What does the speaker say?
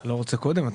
אתה לא רוצה קודם?